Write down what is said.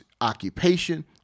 occupation